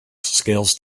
scales